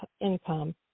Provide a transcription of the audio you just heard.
income